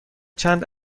چند